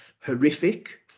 horrific